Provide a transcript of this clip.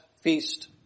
feast